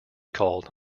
called